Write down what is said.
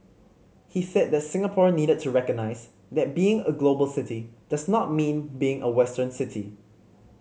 he said that Singapore needed to recognise that being a global city does not mean being a Western city